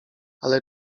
ale